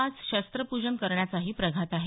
आज शस्त्रपूजन करण्याचाही प्रघात आहे